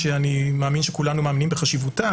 שאני מאמין שכולנו מאמינים בחשיבותה